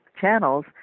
channels